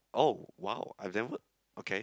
oh !wow! I never okay